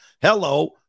Hello